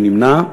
מי נמנע?